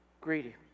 greedy